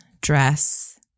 dress